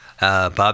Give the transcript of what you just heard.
Bob